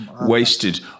wasted